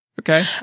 Okay